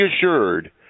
assured